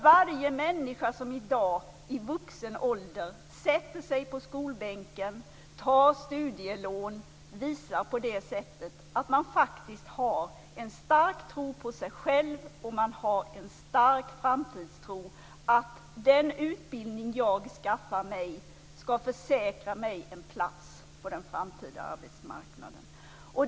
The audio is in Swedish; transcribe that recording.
Varje människa som i dag i vuxen ålder sätter sig på skolbänken och tar studielån visar på det sättet att hon har en stark tro på sig själv och en stark framtidstro att den utbildning hon skaffar sig skall försäkra henne en plats på den framtida arbetsmarknaden.